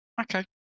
Okay